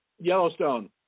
Yellowstone